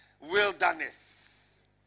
wilderness